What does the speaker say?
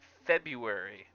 February